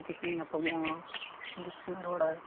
ᱩᱱᱠᱩ ᱥᱚᱸᱜᱮ ᱧᱟᱯᱟᱢᱚᱜᱼᱟᱭ ᱩᱱᱠᱩ ᱥᱚᱸᱜᱮᱭ ᱨᱚᱲᱟᱭ